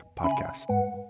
Podcasts